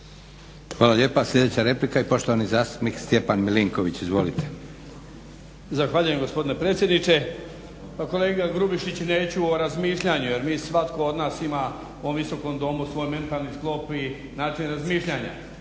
Hvala lijepa. Sljedeća replika i poštovani zastupnik Stjepan Milinković. Izvolite. **Milinković, Stjepan (HDZ)** Zahvaljujem gospodine predsjedniče. Pa kolega Grubišić neću razmišljanje jer mi svatko od nas ima u Visokom domu svoj mentalni sklop i način razmišljanja.